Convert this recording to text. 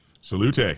Salute